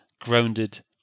grounded